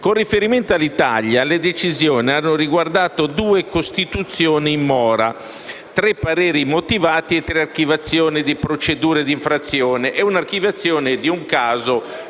Con riferimento all'Italia, le decisioni hanno riguardato due costituzioni in mora, tre pareri motivati e tre archiviazioni di procedure di infrazione e un'archiviazione di un caso